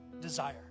desire